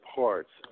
parts